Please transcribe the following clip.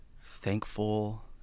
thankful